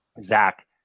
Zach